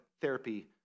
therapy